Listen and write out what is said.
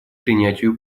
принятию